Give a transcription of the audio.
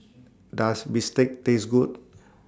Does Bistake Taste Good